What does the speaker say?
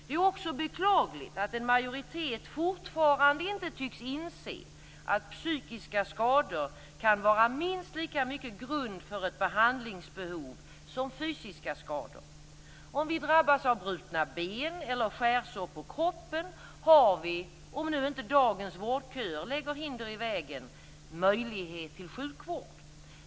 Det är också beklagligt att en majoritet fortfarande inte tycks inse att psykiska skador kan vara minst lika mycket grund för ett behandlingsbehov som fysiska skador. Om vi drabbas av brutna ben eller skärsår på kroppen har vi, om nu inte dagens vårdköer lägger hinder i vägen, möjlighet till sjukvård.